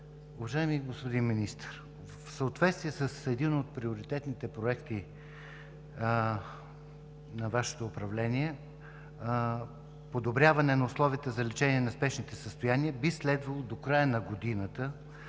Уважаеми господин Министър, в съответствие с един от приоритетните проекти на Вашето управление – „Подобряване на условията за лечение на спешните състояния“, би следвало до края на годината